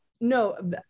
no